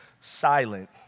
silent